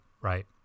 right